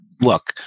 look